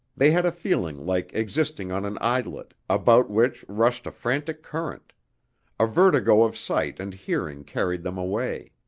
they had a feeling like existing on an islet, about which rushed a frantic current a vertigo of sight and hearing carried them away.